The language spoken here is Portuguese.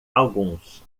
alguns